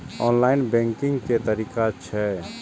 Online banking के की तरीका छै?